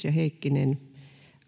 ja heikkinen